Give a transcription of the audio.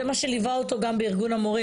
זה מה שליווה אותו גם בארגון המורים.